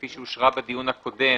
כפי שאושרה בדיון הקודם,